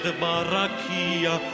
barakia